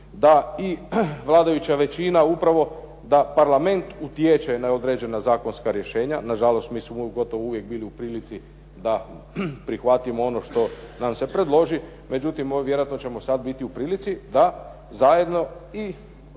da i vladajuća većina upravo, da Parlament utječe na određena zakonska rješenja. Na žalost, mi smo gotovo uvijek bili u prilici da prihvatimo ono što nam se predloži. Međutim, vjerojatno ćemo sad biti u prilici da zajedno i